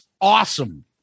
awesome